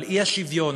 על האי-שוויון,